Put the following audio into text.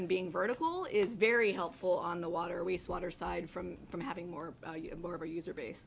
and being vertical is very helpful on the water weeks water side from from having more you have more of a user base